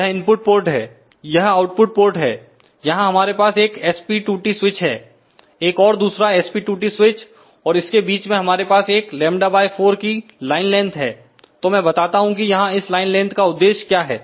यह input port है यह आउटपुट पोर्ट है यहां हमारे पास एक SP2T स्विच है एक और दूसरा SP2T स्विच और इसके बीच में हमारे पास एकλ4 की लाइन लेंथ है तो मैं बताता हूं कि यहां इस लाइन लेंथ का उद्देश्य क्या है